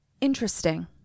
Interesting